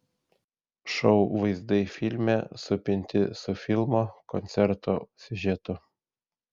šou vaizdai filme supinti su filmo koncerto siužetu